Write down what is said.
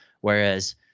whereas